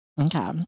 Okay